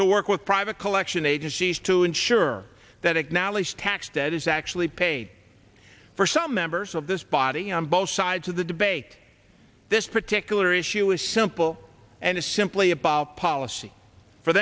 to work with private collection agencies to ensure that acknowledged tax debt is actually paid for some members of this body on both sides of the debate this particular issue is simple and it's simply about policy for